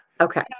Okay